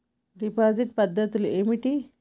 Deposit పద్ధతులు ఏమిటి?